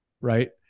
right